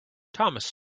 thomas